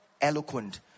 eloquent